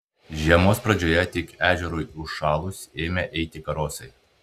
žiemos pradžioje tik ežerui užšalus ėmę eiti karosai